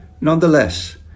Nonetheless